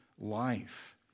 life